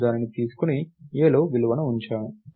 నేను దానిని తీసుకొని A లో విలువను ఉంచాను